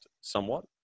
Somewhat